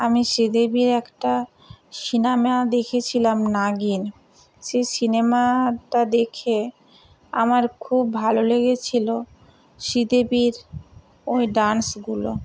আমি শ্রীদেবীর একটা সিনেমা দেখেছিলাম নাগিন সেই সিনেমাটা দেখে আমার খুব ভালো লেগেছিল শ্রীদেবীর ওই ডান্সগুলো